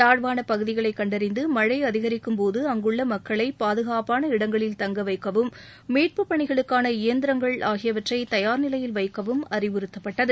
தாழ்வான பகுதிகளை கண்டறிந்து மழழ அதிகரிக்கும் போது அங்குள்ள மக்களை பாதுகாப்பான இடங்களில் தங்க வைக்கவும் மீட்புப் பணிகளுக்கான இயந்திரங்கள் ஆகியவற்றை தயார் நிலையில் வைக்கவும் அறிவுறத்தப்பட்டது